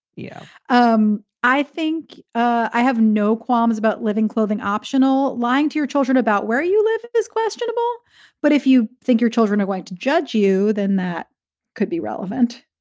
yeah um i think i have no qualms about living clothing optional. lying to your children about where you live is questionable but if you think your children are going to judge you, then that could be relevant.